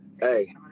Hey